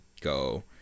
go